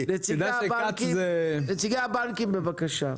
נציגי הבנקים, בבקשה.